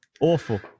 Awful